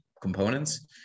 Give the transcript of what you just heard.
components